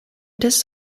this